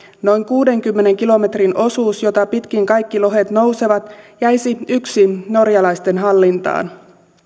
noin kuudenkymmenen kilometrin osuus jota pitkin kaikki lohet nousevat jäisi yksin norjalaisten hallintaan